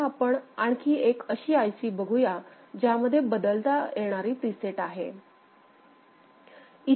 आता आपण आणखी एक अशी आयसी बघूया ज्यामध्ये बदलता येणारी प्रीसेट असते